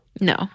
No